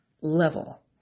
level